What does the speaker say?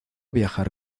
viajar